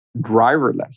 driverless